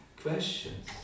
questions